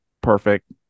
perfect